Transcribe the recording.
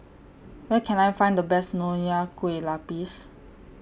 Where Can I Find The Best Nonya Kueh Lapis